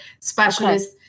specialist